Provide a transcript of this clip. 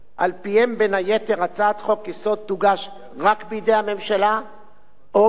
הצעת חוק-יסוד תוגש רק בידי הממשלה או בידי ועדת חוקה,